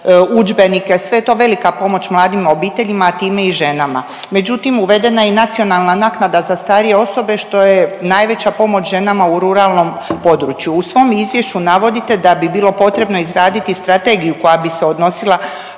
udžbenike, sve je to velika pomoć mladim obiteljima a time i ženama. Međutim, uvedena je i nacionalna naknada za starije osobe što je najveća pomoć ženama u ruralnom području. U svom izvješću navodite da bi bilo potrebno izraditi strategiju koja bi se odnosila